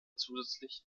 zusätzlich